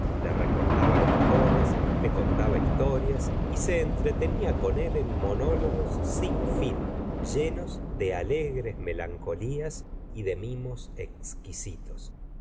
le recortaba cartones le contaba historias y se entretenía con él en n f gustavo flaubert monólogos sin fin llenos de alegres melancolias y de mimos exquisitos